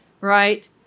right